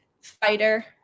fighter